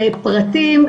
לפרטים.